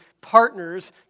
partners